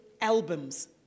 albums